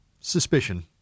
suspicion